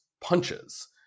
punches